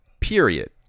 period